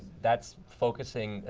that's focusing, ah